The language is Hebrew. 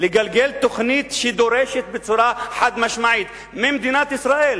לגלגל תוכנית שדורשת בצורה חד-משמעית ממדינת ישראל